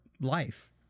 life